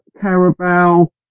Carabao